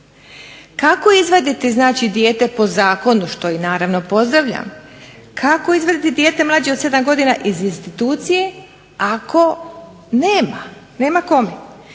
Kako izvaditi dijete po zakonu što naravno pozdravljam, kako izvaditi dijete mlađe od 7 godina iz institucije ako nema kome.